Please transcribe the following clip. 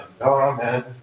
Amen